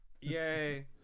Yay